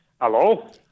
Hello